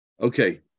Okay